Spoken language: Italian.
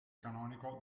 canonico